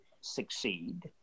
succeed